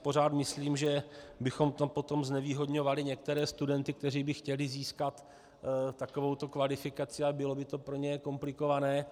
Pořád si myslím, že bychom tam potom znevýhodňovali některé studenty, kteří by chtěli získat takovouto kvalifikaci, a bylo by to pro ně komplikované.